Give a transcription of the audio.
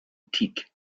teak